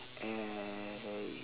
and